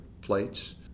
plates